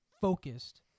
focused